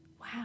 Wow